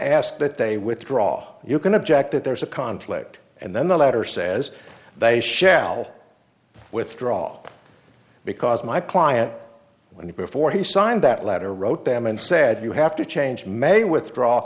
ask that they withdraw you can object that there is a conflict and then the letter says they shall withdraw because my client when he before he signed that letter wrote them and said you have to change may withdraw